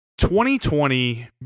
2020